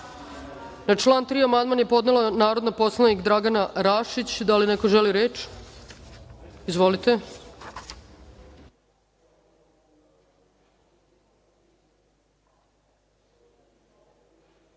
član 3. amandman je podnela narodni poslanik Dragana Rašić. Da li neko želi reč? Izvolite.